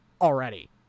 already